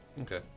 Okay